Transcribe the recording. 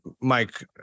Mike